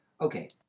Okay